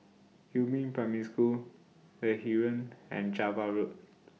Yumin Primary School The Heeren and Java Road